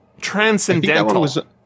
Transcendental